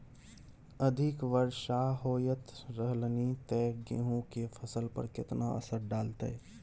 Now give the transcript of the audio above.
अधिक वर्षा होयत रहलनि ते गेहूँ के फसल पर केतना असर डालतै?